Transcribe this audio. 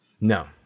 No